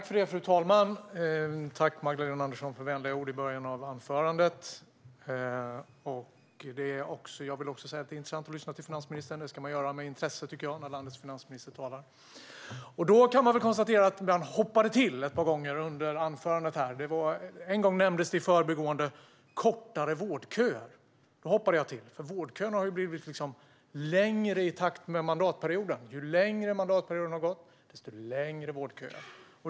Fru talman! Tack, Magdalena Andersson, för vänliga ord i början av anförandet! Det är intressant att lyssna till finansministern. Jag tycker att man ska lyssna med intresse när landets finansminister talar. Jag kan konstatera att jag hoppade till ett par gånger under anförandet. En gång nämndes det i förbigående kortare vårdköer. Då hoppade jag till. Vårdköerna har blivit längre i takt med mandatperioden. Ju längre mandatperioden har gått, desto längre vårdköer.